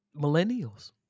millennials